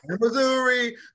Missouri